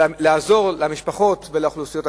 לעזור למשפחות ולאוכלוסיות הקשות.